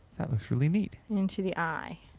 looks really neat. into the eye.